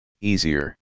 easier